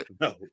no